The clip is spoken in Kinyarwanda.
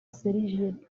sergei